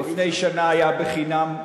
לפני שנה היה חינם.